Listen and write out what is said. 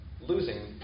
losing